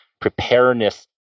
preparedness